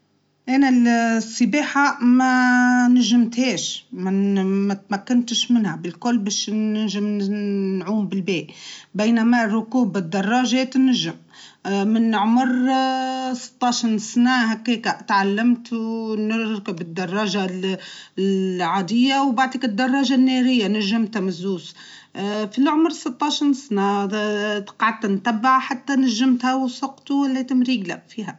أناااا نجم منجمش السباحه أما ركوب الدراجه نجم تعلمته في العمر صغير في عمر ستاش سبعتاش سنه و استغرقت ااا الوقت اااا في اااا ممكن نحكي تاك شئ من الزمان صحفث مانطولتش.